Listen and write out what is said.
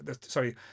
sorry